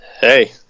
Hey